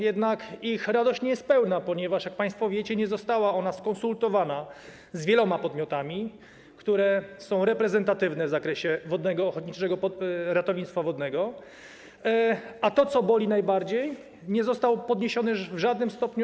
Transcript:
Jednak ich radość nie jest pełna, ponieważ jak państwo wiecie, ustawa nie została skonsultowana z wieloma podmiotami, które są reprezentatywne w zakresie wodnego ochotniczego ratownictwa wodnego, a to, co boli najbardziej, nie zostało podniesione w żadnym stopniu.